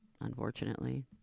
unfortunately